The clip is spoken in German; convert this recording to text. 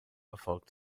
erfolgt